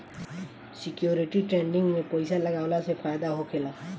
security trading में पइसा लगावला से फायदा होखेला